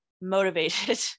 motivated